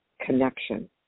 connection